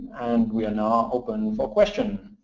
and we are now open for questions.